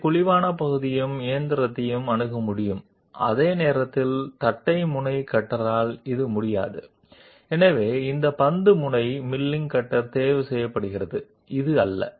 milling cutter ఇది అటువంటి concave portion ని యాక్సెస్ చేయగలదు మరియు దానిని మెషిన్ చేయగలదు అయితే ఫ్లాట్ ఎండ్ కట్టర్ చేయలేము కాబట్టి ఈ బాల్ ఎండ్ మిల్లింగ్ కట్టర్కు ప్రాధాన్యత ఇవ్వబడుతుంది మరియు ఇది చేయదు